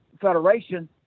federation